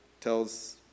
tells